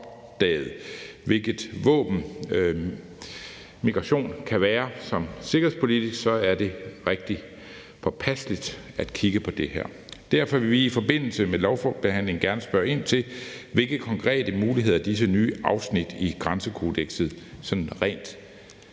hvilket våben migration kan være, er det sikkerhedspolitisk rigtig påpasseligt at kigge på det her. Derfor vil vi i forbindelse med lovbehandlingen gerne spørge ind til, hvilke konkrete muligheder disse nye afsnit i grænsekodeksen